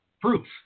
proof